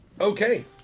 Okay